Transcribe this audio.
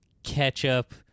ketchup